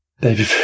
Baby